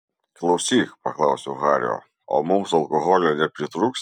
klausyk paklausiau hario o mums alkoholio nepritrūks